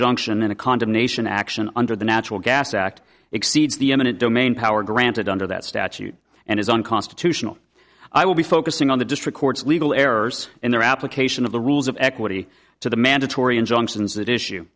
injunction in a condemnation action under the natural gas act exceeds the eminent domain power granted under that statute and as unconstitutional i will be focusing on the district court's legal errors in their application of the rules of equity to the mandatory injunctions that issue